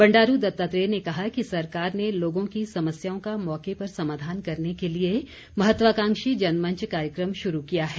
बंडारू दत्तात्रेय ने कहा कि सरकार ने लोगों की समस्याओं का मौके पर समाधान करने के लिए महत्वाकांक्षी जनमंच कार्यक्रम शुरू किया है